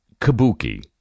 kabuki